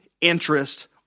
interest